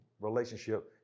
relationship